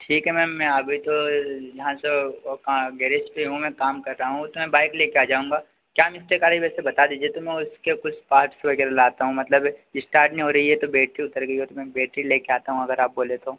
ठीक है मैम मैं अभी तो यहाँ से ओ ओ कहाँ गैरेज पर हूँ मैं काम कर रहा हूँ तो मैं बाइक लेकर आ जाऊँगा क्या मिस्टेक आ रही वैसे बता दीजिए तो मैं उसके कुछ पार्ट्स वग़ैरह लाता हूँ मतलब इस्टार्ट नहीं हो रही है तो बैट्री उतर गई हो तो मैम बैट्री लेकर आता हूँ अगर आप बोले तो